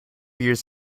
years